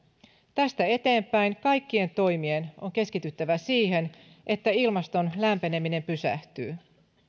tästä eteenpäin kaikkien toimien on keskityttävä siihen että ilmaston lämpeneminen pysähtyy